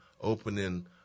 opening